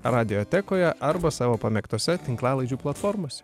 radiotekoje arba savo pamėgtose tinklalaidžių platformose